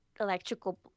electrical